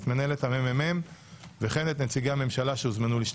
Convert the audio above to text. את מנהלת המ.מ.מ וכן את נציגי הממשלה שהוזמנו להשתתף.